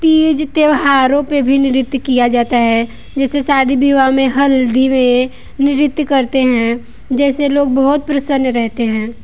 तीज त्योहारों पर भी नृत्य किया जाता है जैसे शादी विवाह में हल्दी में नृत्य करते हैं जैसे लोग बहुत प्रसन्न रहते हैं